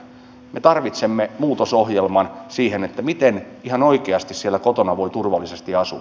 me tarvitsemme muutosohjelman siihen miten ihan oikeasti siellä kotona voi turvallisesti asua